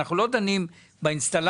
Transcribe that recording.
אנחנו לא דנים באינסטלטור.